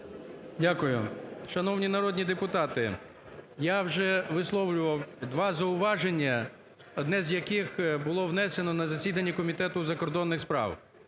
Дякую. Шановні народні депутати, я вже висловлював два зауваження, одне з яких було внесено на засіданні Комітету закордонних справ.